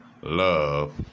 love